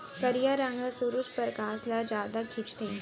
करिया रंग ह सुरूज परकास ल जादा खिंचथे